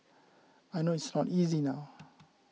I know it's not easy now